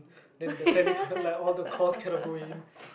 then the tele~ like all the course cannot go in